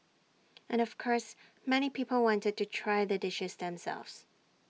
and of course many people wanted to try the dishes themselves